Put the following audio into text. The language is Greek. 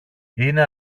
είναι